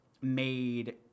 made